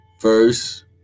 verse